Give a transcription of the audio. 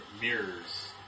mirrors